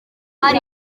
ari